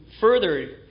further